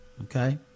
Okay